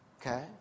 Okay